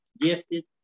gifted